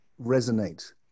resonate